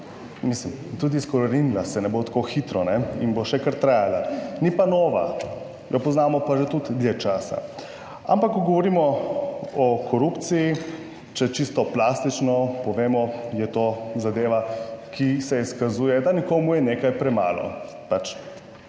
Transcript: tudi izkoreninila. Se ne bo tako hitro in bo še kar trajala, ni pa nova, jo poznamo pa že tudi dlje časa, ampak ko govorimo o korupciji, če čisto plastično povemo, je to zadeva, ki se izkazuje, da nekomu je nekaj premalo,